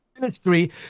ministry